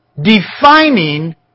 defining